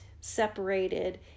separated